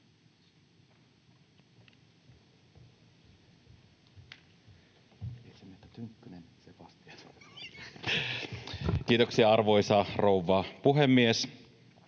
Kiitoksia, arvoisa rouva puhemies!